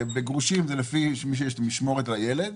בגרושים זה לפי מי שיש לו משמורת על הילד.